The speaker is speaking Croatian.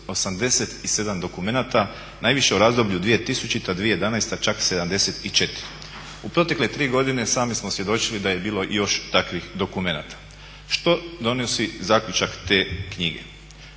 87 dokumenata, najviše u razdoblju 2000./2011. čak 74. U protekle 3 godine sami smo svjedočili da je bilo i još takvih dokumenata. Što donosi zaključak te knjige?